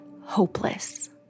hopeless